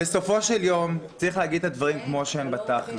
בסופו של יום צריך להגיד את הדברים כמו שהם בתכל'ס,